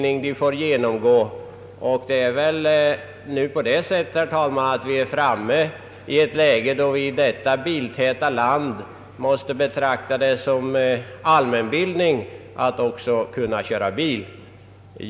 I detta biltäta land har vi nu kommit så långt att det måste betraktas som hörande till allmänbildningen att också kunna köra bil.